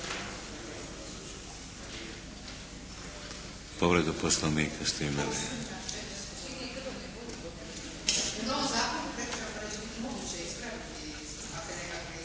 Povredu Poslovnika ste imali.